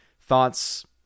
thoughts